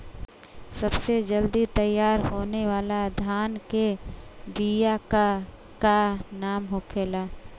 सबसे जल्दी तैयार होने वाला धान के बिया का का नाम होखेला?